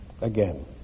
Again